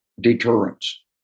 deterrence